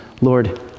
Lord